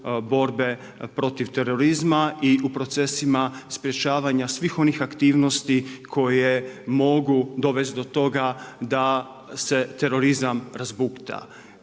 borbe protiv terorizma i u procesima sprečavanja svih onih aktivnosti koje mogu dovesti do toga da se terorizma razbukta.